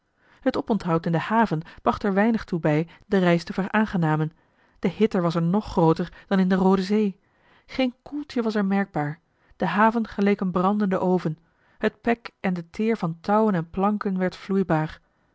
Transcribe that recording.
t oponthond in de haven bracht er weinig toe bij de reis te veraangenamen de hitte was er nog grooter dan in de roode zee geen koeltje was er merkbaar de haven geleek een brandende oven het pek en de teer van touwen en planken werd vloeibaar